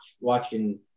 watching